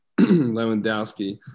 Lewandowski